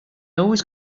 always